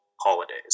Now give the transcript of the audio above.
holidays